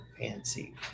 fancy